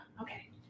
Okay